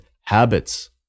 habits